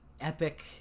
Epic